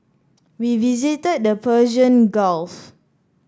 we visited the Persian Gulf